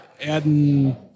adding